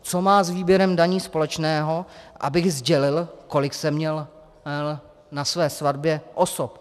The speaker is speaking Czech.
Co má s výběrem daní společného, abych sdělil, kolik jsem měl na své svatbě osob?